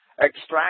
extract